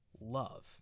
love